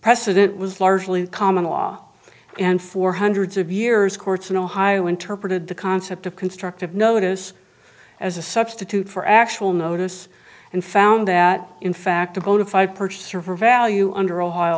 precedent was largely common law and for hundreds of years courts in ohio interpreted the concept of constructive notice as a substitute for actual notice and found that in fact a bona fide purchaser for value under ohio